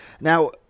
Now